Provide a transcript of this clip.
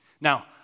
Now